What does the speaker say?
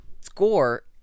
score